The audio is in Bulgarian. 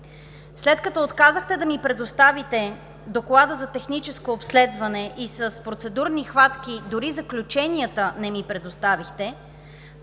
след като отказахте да ми предоставите доклада за техническо обследване и с процедурни хватки дори заключенията не ми предоставихте,